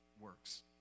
works